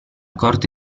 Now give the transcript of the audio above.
corte